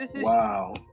Wow